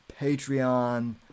Patreon